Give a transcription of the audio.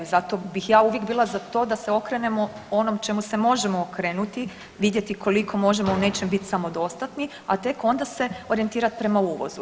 Zato bih ja uvijek bila za to da se okrenemo onom čemu se možemo okrenuti, vidjeti koliko možemo u nečemu bit samodostatni, a tek onda se orijentirat prema uvozu.